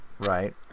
Right